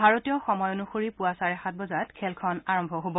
ভাৰতীয় সময় অনুসৰি পুৱা চাৰে সাত বজাত খেলখন আৰম্ভ হ'ব